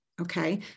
Okay